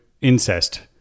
incest